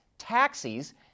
taxis